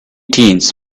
teens